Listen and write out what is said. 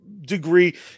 degree